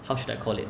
how should I call it